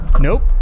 Nope